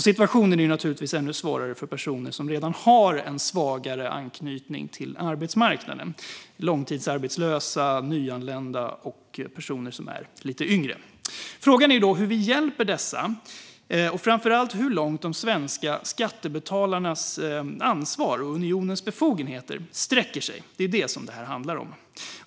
Situationen är naturligtvis ännu svårare för personer som redan har en svagare anknytning till arbetsmarknaden, det vill säga långtidsarbetslösa, nyanlända och personer som är lite yngre. Frågan är hur vi hjälper dessa och framför allt hur långt de svenska skattebetalarnas ansvar och unionens befogenheter sträcker sig. Det är vad detta handlar om.